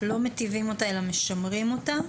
לא מיטיבים אותה אלא משמרים אותה.